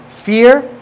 fear